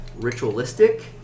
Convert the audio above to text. ritualistic